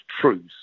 truce